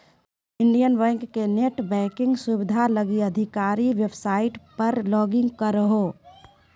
Indian bank के net banking सुविधा लगी आधिकारिक वेबसाइट पर लॉगिन करहो